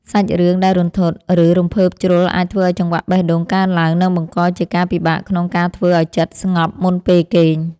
សាច់រឿងដែលរន្ធត់ឬរំភើបជ្រុលអាចធ្វើឱ្យចង្វាក់បេះដូងកើនឡើងនិងបង្កជាការពិបាកក្នុង ការធ្វើឱ្យចិត្តស្ងប់មុនពេលគេង។